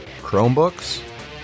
Chromebooks